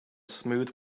smooth